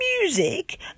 music